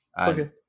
Okay